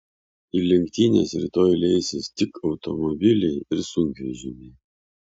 į lenktynes rytoj leisis tik automobiliai ir sunkvežimiai